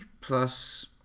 plus